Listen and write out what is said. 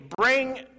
bring